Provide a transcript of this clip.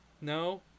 No